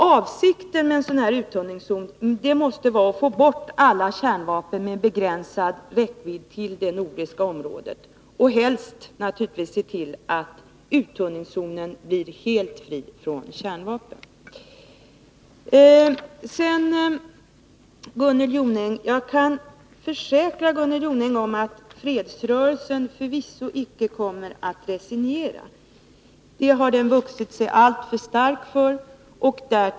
Avsikten med en uttunningszon måste vara att få bort alla kärnvapen med räckvidden begränsad till det nordiska området, och helst bör man se till att denna zon blir helt fri från kärnvapen. Jag kan försäkra Gunnel Jonäng om att fredsrörelsen förvisso icke kommer att resignera. Det har den vuxit sig alltför stark för.